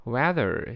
，Weather